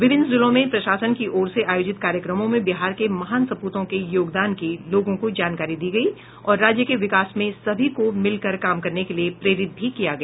विभिन्न जिलों में प्रशासन की ओर से आयोजित कार्यक्रम में बिहार के महान सप्रतों के योगदान की लोगों को जानकारी दी गयी और राज्य के विकास में सभी को मिलकर काम करने के लिए भी प्रेरित किया गया